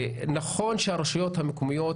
נכון שהרשויות המקומיות,